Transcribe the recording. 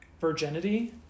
virginity